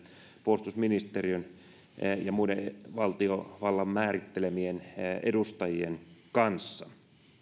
puolustusministeriön ja muiden valtiovallan määrittelemien edustajien kanssa